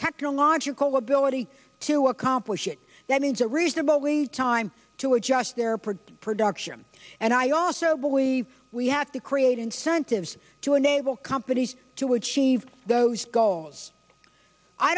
technological ability to accomplish it that means a reasonable we need time to adjust their produce production and i also believe we have to create incentives to enable companies to achieve those goals i